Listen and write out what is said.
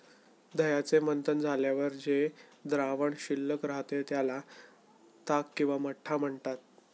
दह्याचे मंथन झाल्यावर जे द्रावण शिल्लक राहते, त्याला ताक किंवा मठ्ठा म्हणतात